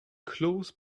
close